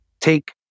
take